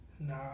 Nah